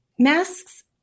Masks